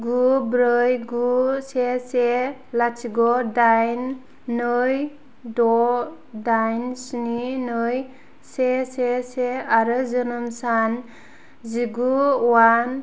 गु ब्रै गु से से लाथिख' दाइन नै द दाइन स्नि नै से से से से आरो जोनोम सान जिगु वान